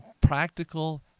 practical